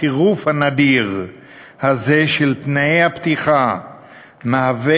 הצירוף הנדיר הזה של תנאי הפתיחה מהווה